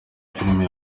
filime